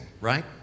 right